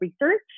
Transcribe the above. research